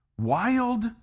wild